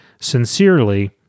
Sincerely